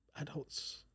Adults